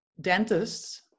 dentists